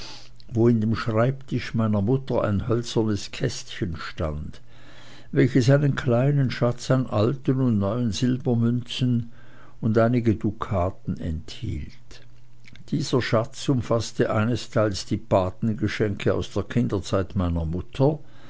wo in dem schreibtisch meiner mutter ein hölzernes kästchen stand welches einen kleinen schatz an alten und neuen silbermünzen und einige dukaten enthielt dieser schatz umfaßte einesteils die patengeschenke aus der kinderzeit meiner mutter